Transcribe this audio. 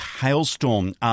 hailstorm